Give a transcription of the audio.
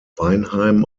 weinheim